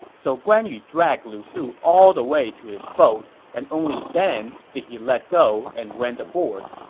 so guan yu dragged lu su all the way to his boat, and only then did he let go and went aboard.